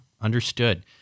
Understood